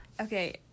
Okay